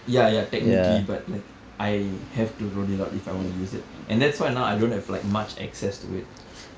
ya ya technically but like I have to roll it out if I wanna use it and that's why now I don't have like much access to it